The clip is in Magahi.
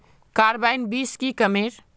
कार्बाइन बीस की कमेर?